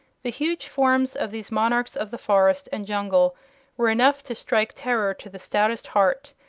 the huge forms of these monarchs of the forest and jungle were enough to strike terror to the stoutest heart,